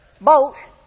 bolt